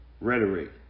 rhetoric